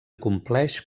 compleix